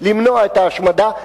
למנוע את ההשמדה,